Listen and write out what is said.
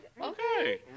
Okay